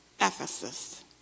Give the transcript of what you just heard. Ephesus